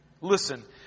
Listen